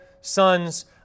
sons